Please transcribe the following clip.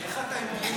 איך אתה עם גיוס?